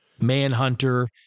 Manhunter